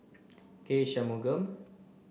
K Shanmugam